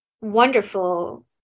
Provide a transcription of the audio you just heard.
wonderful